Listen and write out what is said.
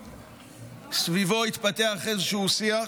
שסביבו התפתח איזשהו שיח